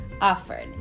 offered